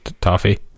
Toffee